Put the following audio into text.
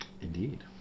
Indeed